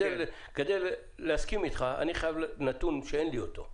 כדי להסכים אתך אני חייב לקבל נתון שאין לי אותו.